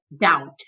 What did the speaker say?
doubt